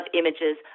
images